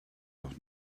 doch